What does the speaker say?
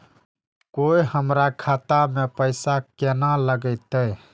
कोय हमरा खाता में पैसा केना लगते?